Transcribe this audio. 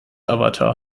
avatar